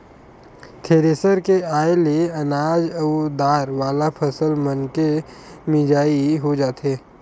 thresher के आये ले अनाज अउ दार वाला फसल मनके मिजई हो जाथे